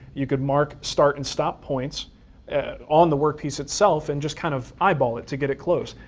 you can mark start and stop points and on the workpiece itself and just kind of eyeball it to get it close,